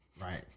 right